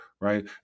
right